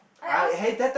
I asked you